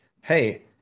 hey